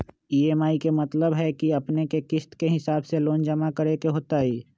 EMI के मतलब है कि अपने के किस्त के हिसाब से लोन जमा करे के होतेई?